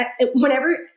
whenever